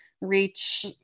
reach